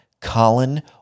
Colin